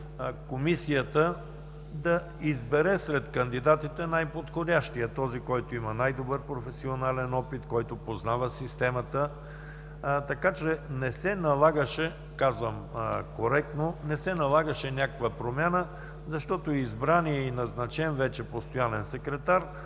Комисията да избере сред кандидатите най-подходящия, този, който има най-добър професионален опит, който познава системата, така че не се налагаше, казвам коректно, някаква промяна, защото избраният и назначен вече постоянен секретар